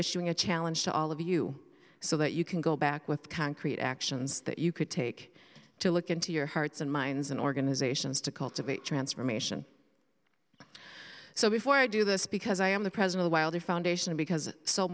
issuing a challenge to all of you so that you can go back with concrete actions that you could take to look into your hearts and minds and organizations to cultivate transformation so before i do this because i am the president while the foundation because so